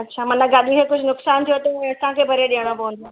अच्छा मन ॻाॾी जो कुछ नुकसान थियो त असांखे भरे ॾिइणो पवंदो